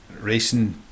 racing